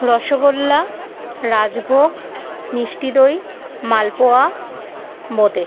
রসগোল্লা রাজভোগ মিষ্টি দই মালপোয়া বোঁদে